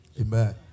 amen